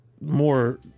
more